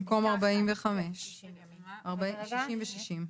במקום 45. 60 ו-60.